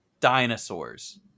dinosaurs